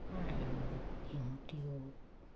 আৰু সিহঁতেও